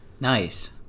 Nice